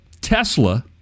Tesla